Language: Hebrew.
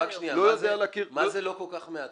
לא יודע להכיר --- מה זה לא כל כך מעט?